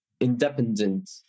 independent